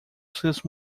seus